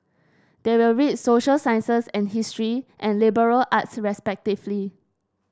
they will read social sciences and history and liberal arts respectively